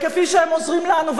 כפי שהם עוזרים לנו,